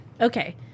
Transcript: Okay